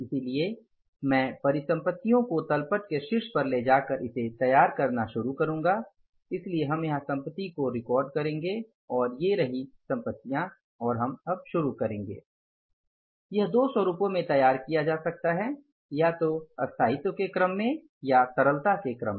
इसलिए मैं परिसंपत्तियों को तल पट के शीर्ष पर ले जाकर इसे तैयार करना शुरू करूंगा इसलिए हम यहां संपत्ति को रिकॉर्ड करेंगे और ये यहाँ रहा संपत्ति और हम अब शुरू करेंगे यह दो स्वरूपों में तैयार किया जा सकता है या तो स्थायित्व के क्रम में या तरलता के क्रम में